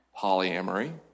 polyamory